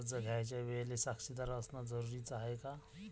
कर्ज घ्यायच्या वेळेले साक्षीदार असनं जरुरीच हाय का?